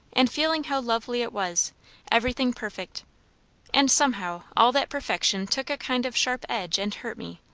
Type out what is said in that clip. and feeling how lovely it was everything perfect and somehow all that perfection took a kind of sharp edge and hurt me.